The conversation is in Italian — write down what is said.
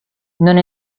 non